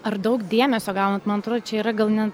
ar daug dėmesio gaunat man atrodo čia yra gal ne